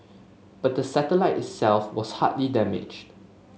but the satellite itself was hardly damaged